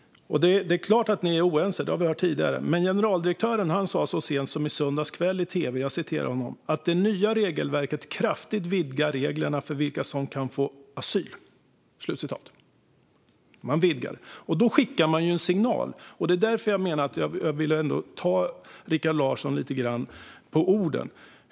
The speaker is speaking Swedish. Det är klart att ni är oense, och det har vi hört tidigare. Men så sent som i söndags kväll sa generaldirektören i tv att det nya regelverket kraftigt vidgar reglerna för vilka som kan få asyl. Då skickar man ju en signal. Jag vill därför ta Rikard Larsson lite grann på orden.